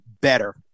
better